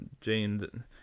Jane